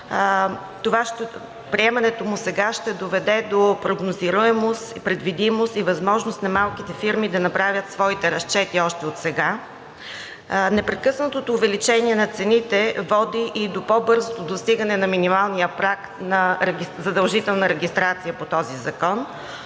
приемането му сега ще доведе до прогнозируемост, предвидимост и възможност на малките фирми да направят своите разчети още отсега. Непрекъснатото увеличение на цените води и до по-бързо достигане на минималния праг за задължителна регистрация по този закон,